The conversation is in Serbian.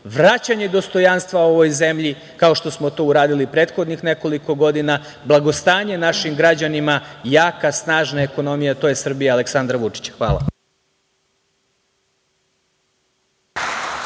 Vraćanje dostojanstva ovoj zemlji, kao što smo to uradili prethodnih nekoliko godina, blagostanje našim građanima, jaka, snažna ekonomija, to je Srbija Aleksandra Vučića.